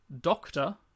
doctor